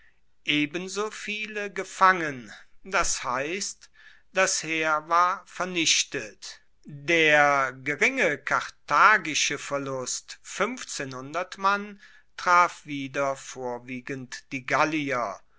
ebenso viele gefangen das heisst das heer war vernichtet der geringe karthagische verlust mann traf wieder vorwiegend die gallier